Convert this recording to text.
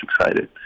excited